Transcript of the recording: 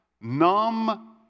numb